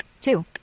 two